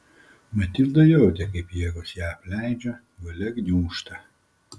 matilda jautė kaip jėgos ją apleidžia valia gniūžta